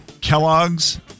Kellogg's